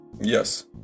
Yes